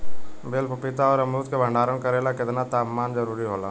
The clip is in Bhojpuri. बेल पपीता और अमरुद के भंडारण करेला केतना तापमान जरुरी होला?